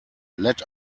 let